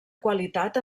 qualitat